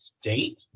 state